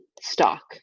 stock